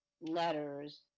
letters